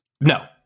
No